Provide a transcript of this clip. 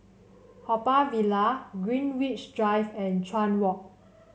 Haw Par Villa Greenwich Drive and Chuan Walk